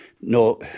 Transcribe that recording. No